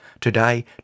Today